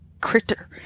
critter